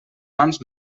mans